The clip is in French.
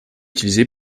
utilisé